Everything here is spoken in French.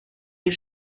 les